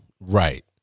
Right